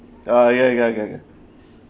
oh ya ya ya ya